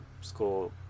school